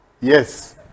Yes